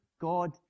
God